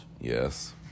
yes